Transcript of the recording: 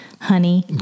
honey